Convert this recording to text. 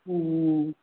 ம்ம்